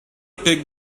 take